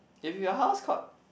if your house caught